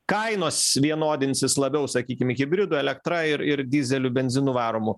kainos vienodinsis labiau sakykim hibridų elektra ir ir dyzeliu benzinu varomų